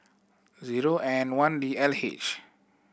zero N one D L H